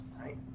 right